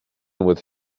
with